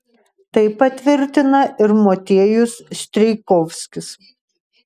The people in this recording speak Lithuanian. tai patvirtina ir motiejus strijkovskis